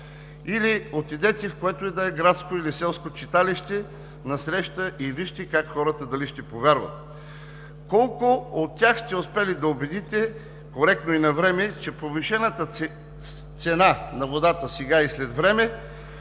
Или отидете, в което и да е градско или селско читалище на среща, и вижте дали хората ще Ви повярват. Колко от тях сте успели да убедите коректно и навреме, че повишената цена на водата сега и след време,